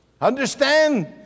Understand